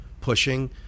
pushing